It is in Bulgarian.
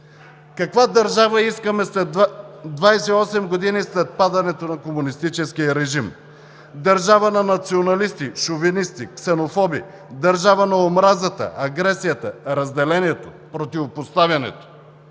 Каква държава искаме 28 години след падането на комунистическия режим? – държава на националисти, шовинисти, ксенофоби, държава на омразата, агресията, разделението, противопоставянето?!